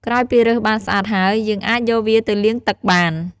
ក្រោយពីរើសបានស្អាតហើយ យើងអាចយកវាទៅលាងទឹកបាន។